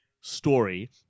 story